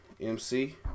MC